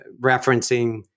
referencing